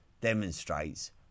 demonstrates